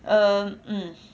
um mm